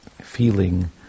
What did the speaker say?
feeling